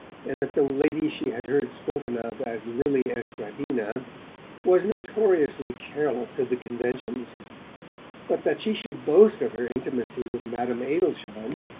and that the lady she had heard spoken of as lili estradina was notoriously careless of the conventions but that she should boast of her intimacy with madame adelschein,